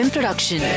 Production